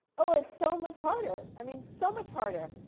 oh, it's so much harder. i mean, so much harder.